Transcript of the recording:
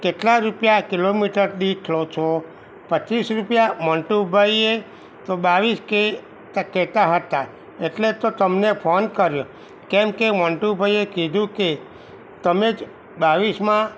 કેટલા રૂપિયા કિલોમીટર દીઠ લો છો પચીસ રૂપિયા મોન્ટુ ભાઈએ તો બાવીસ કહેતા કહેતા હતા એટલે જ તો તમને ફોન કર્યો કેમકે મોન્ટુભાઈએ કીધું કે તમે જ બાવીસમાં